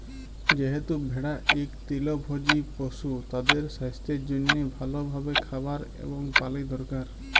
যেহেতু ভেড়া ইক তৃলভজী পশু, তাদের সাস্থের জনহে ভাল ভাবে খাবার এবং পালি দরকার